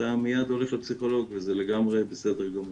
אתה מייד הולך לפסיכולוג וזה לגמרי בסדר גמור.